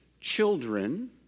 children